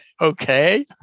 okay